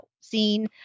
scene